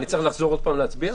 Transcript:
אני צריך לחזור עוד פעם להצביע?